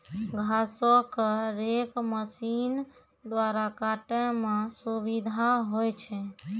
घासो क रेक मसीन द्वारा काटै म सुविधा होय छै